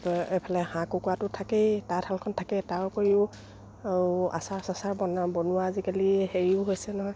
এইফালে হাঁহ কুকুৰাটো থাকেই তাঁতশালখন থাকেই তাৰ উপৰিও আচাৰ চাচাৰ বনোৱা বনোৱা আজিকালি হেৰিও হৈছে নহয়